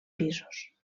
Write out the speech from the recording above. pisos